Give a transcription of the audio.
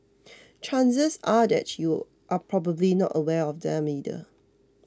chances are that you're probably not aware of them either